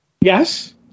Yes